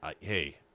hey